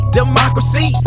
democracy